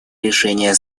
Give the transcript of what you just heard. решения